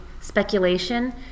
speculation